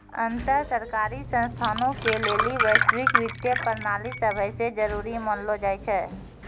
अन्तर सरकारी संस्थानो के लेली वैश्विक वित्तीय प्रणाली सभै से जरुरी मानलो जाय छै